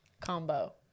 combo